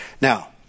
Now